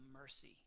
mercy